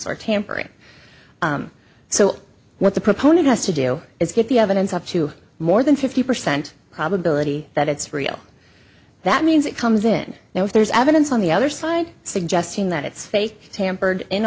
h tampering so what the proponent has to do is get the evidence up to more than fifty percent probability that it's real that means it comes in now if there's evidence on the other side suggesting that it's fake tampered in